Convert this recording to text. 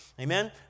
Amen